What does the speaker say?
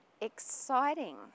exciting